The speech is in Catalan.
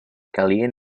calien